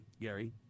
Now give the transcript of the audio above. gary